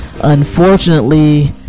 Unfortunately